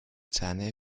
zähne